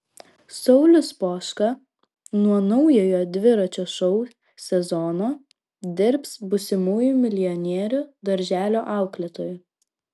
saulius poška nuo naujojo dviračio šou sezono dirbs būsimųjų milijonierių darželio auklėtoju